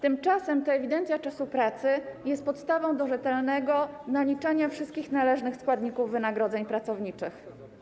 Tymczasem to ewidencja czasu pracy jest podstawą do rzetelnego naliczania wszystkich należnych składników wynagrodzeń pracowniczych.